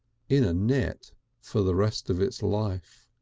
in a net for the rest of its life.